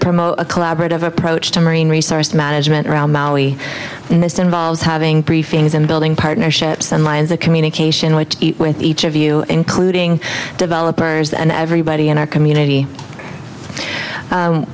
promote a collaborative approach to marine resource management around maui and this involves having briefings and building partnerships and lines of communication with each of you including developers and everybody in our community